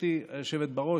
גברתי היושבת בראש,